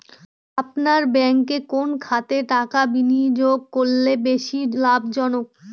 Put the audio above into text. আপনার ব্যাংকে কোন খাতে টাকা বিনিয়োগ করলে বেশি লাভজনক?